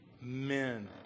men